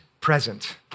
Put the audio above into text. present